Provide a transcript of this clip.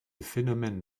phénomène